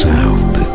Sound